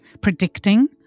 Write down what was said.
predicting